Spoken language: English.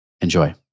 Enjoy